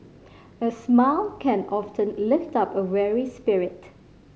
a smile can often lift up a weary spirit